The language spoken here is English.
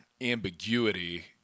ambiguity